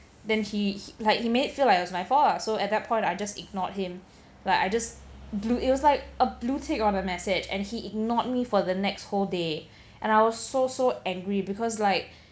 then he like he made feel it was my fault lah so at that point I just ignored him like I just blue it was like a blue tick on a message and he ignored me for the next whole day and I was so so angry because like